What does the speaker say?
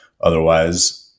otherwise